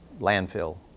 landfill